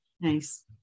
Nice